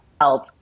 help